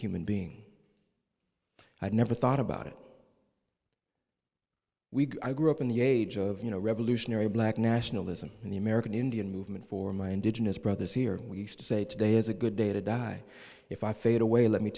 human being i never thought about it we grew up in the age of you know revolutionary black nationalism and the american indian movement for my indigenous brothers here and we used to say today is a good day to die if i fade away let me